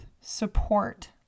support